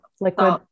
Liquid